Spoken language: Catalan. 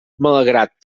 malgrat